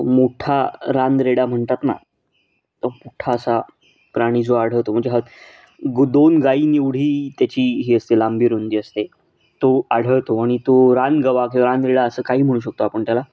मोठा रानरेडा म्हणतात ना तो मोठा असा प्राणी जो आढळतो म्हणजे हद गो दोन गाईं एवढी त्याची ही असते लांबी रुंदी असते तो आढळतो आणि तो रानगवा किंवा रानरेडा असं काही म्हणू शकतो आपण त्याला